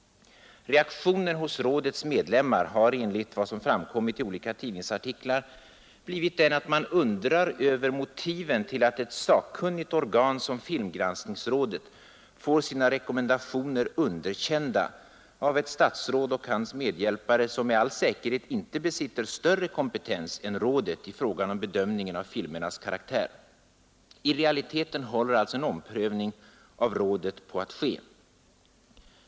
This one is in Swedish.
Reaktionen hos rådets medlemmar har, enligt vad som framkommit i olika tidningsartiklar, blivit den att man undrar över motiven till att ett sakkunnigt organ som filmgranskningsrådet får sina rekommendationer underkända av ett statsråd och hans medhjälpare, som med all säkerhet inte besitter större kompetens än rådet i fråga om bedömningen av filmernas karaktär. I realiteten håller alltså en omprövning av rådets ställning på att ske.